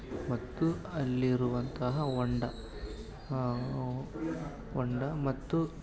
ಮತ್ತು ಅಲ್ಲಿರುವಂತಹ ಹೊಂಡ ಹೊಂಡ ಮತ್ತು